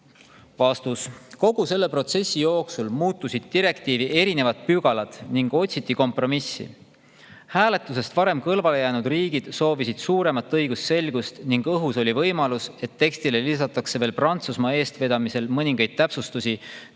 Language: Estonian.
Vastus. Kogu selle protsessi jooksul muutusid direktiivi erinevad pügalad ning otsiti kompromissi. Hääletusest varem kõrvale jäänud riigid soovisid suuremat õigusselgust ning õhus oli võimalus, et tekstile lisatakse Prantsusmaa eestvedamisel mõningaid täpsustusi töölepingu